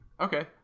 Okay